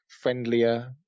friendlier